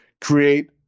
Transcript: create